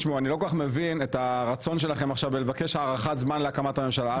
אני לא כל כך מבין את הרצון שלכם בלבקש הארכת זמן להקמת הממשלה.